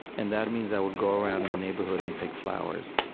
and that means i would go around in the neighborhood and pick flowers